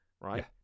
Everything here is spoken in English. right